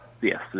Yes